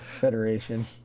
Federation